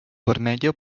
vermella